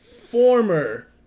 former